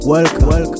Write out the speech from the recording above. Welcome